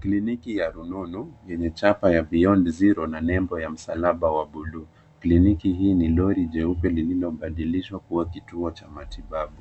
Kliniki ya rununu, yenye chapa ya Beyond zero na nembo ya msalaba wa buluu. Kliniki hii ni lori jeupe lililobadilishwa kuwa kituo cha matibabu.